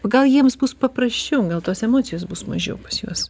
gal jiems bus paprasčiau gal tos emocijos bus mažiau pas juos